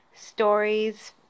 stories